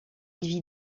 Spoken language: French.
vit